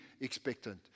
expectant